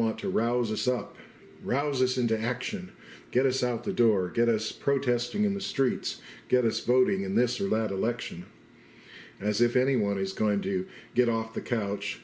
want to rouse us up rouse this into action get us out the door get us protesting in the streets get us voting in this or that election as if anyone is going to get off the couch